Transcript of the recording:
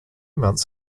months